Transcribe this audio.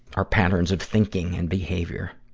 our patterns of thinking and behavior.